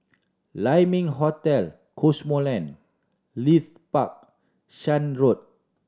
Lai Ming Hotel Cosmoland Leith Park Shan Road